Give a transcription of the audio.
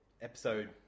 episode